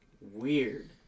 weird